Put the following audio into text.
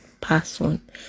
person